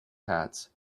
hats